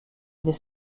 des